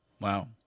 Wow